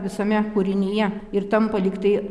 visame kūrinyje ir tampa lygtai